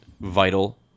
vital